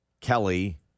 Kelly